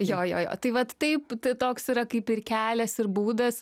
jo jo jo tai vat taip tai toks yra kaip ir kelias ir būdas